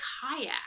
kayak